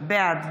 בעד